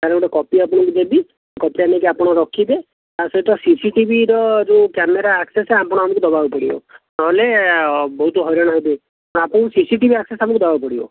ତା'ର ଗୋଟିଏ କପି ଆପଣଙ୍କୁ ଦେବି ସେହିଟା ନେଇକି ଆପଣ ରଖିବେ ଆଉ ସେ ତ ସିସିଟିଭି ର ଯେଉଁ କ୍ୟାମେରା ଆକ୍ସେସ ଆମକୁ ଦେବାକୁ ପଡ଼ିବ ନହେଲେ ବହୁତ ହଇରାଣ ହେବେ ଆପଣଙ୍କୁ ସିସିଟିଭି ଆକ୍ସେସ ଆମକୁ ଦେବାକୁ ପଡ଼ିବ